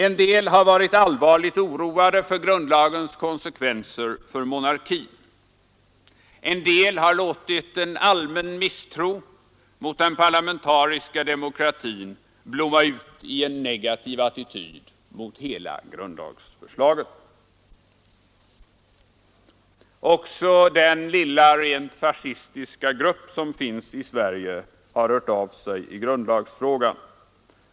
En del har varit allvarligt oroade för grundlagens konsekvenser för monarkin, en del har låtit en allmän misstro mot den parlamentariska demokratin blomma ut i en negativ attityd mot hela grundlagsförslaget. Också den lilla rent fascistiska grupp som finns i Sverige har hört av sig i grundlagsfrågan.